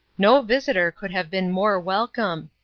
no visitor could have been more welcome.